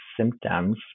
symptoms